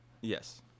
Yes